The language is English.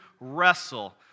wrestle